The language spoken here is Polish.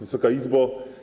Wysoka Izbo!